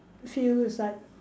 feels like